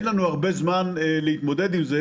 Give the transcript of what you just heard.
לצערי אין לנו הרבה זמן להתמודד עם זה